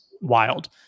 wild